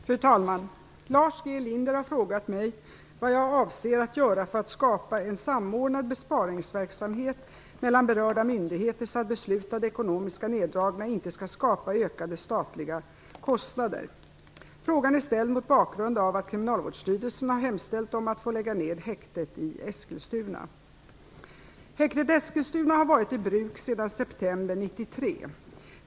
Fru talman! Lars G Linder har frågat mig vad jag avser att göra för att skapa en samordnad besparingsverksamhet mellan berörda myndigheter så att beslutade ekonomiska neddragningar inte skall skapa ökade statliga kostnader. Frågan är ställd mot bakgrund av att Kriminalvårdsstyrelsen har hemställt om att få lägga ned häktet i Eskilstuna. Häktet Eskilstuna har varit i bruk sedan september 1993.